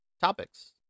topics